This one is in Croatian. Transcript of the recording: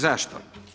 Zašto?